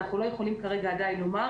אנחנו לא יכולים כרגע עדיין לומר,